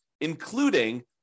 including